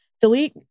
delete